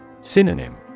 Synonym